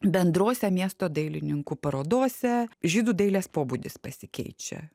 bendrose miesto dailininkų parodose žydų dailės pobūdis pasikeičia